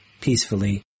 peacefully